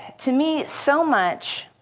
to me, so much